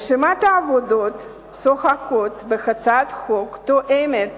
רשימת עבודות שוחקות בהצעת החוק תואמת